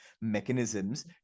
mechanisms